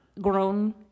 grown